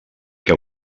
que